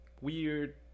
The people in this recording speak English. weird